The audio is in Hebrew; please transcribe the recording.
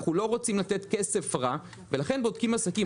אנחנו לא רוצים לתת כסף רע, ולכן בודקים עסקים.